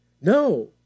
No